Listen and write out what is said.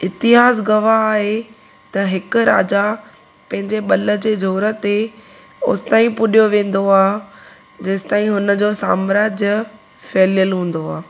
इतिहास गवाह आहे त हिक राजा पंहिंजे बल जे ज़ोर ते होसि ताईं पुॼियो वेंदो आहे जेंसि ताईं हुनजो साम्राज्य फैलियलु हूंदो आहे